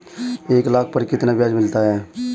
एक लाख पर कितना ब्याज मिलता है?